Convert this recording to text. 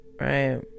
right